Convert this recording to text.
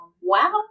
wow